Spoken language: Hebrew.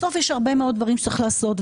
בסוף יש הרבה מאוד דברים שצריך לעשות.